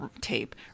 tape